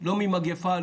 לא מהמגפה,